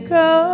go